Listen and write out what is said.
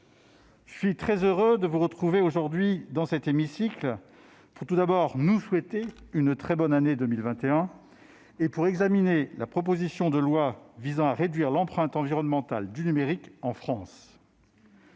je suis très heureux de vous retrouver aujourd'hui dans cet hémicycle pour tout d'abord nous souhaiter une très bonne année 2021 et pour examiner la proposition de loi visant à réduire l'empreinte environnementale du numérique en France.